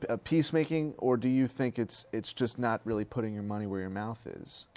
a peacemaking, or do you think it's, it's just not really putting your money where your mouth is?